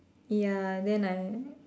ya then I